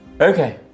Okay